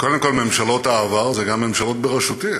קודם כול, ממשלות העבר אלה גם ממשלות בראשותי.